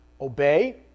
obey